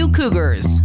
Cougars